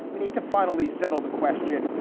we need to finally settle the question,